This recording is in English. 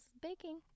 baking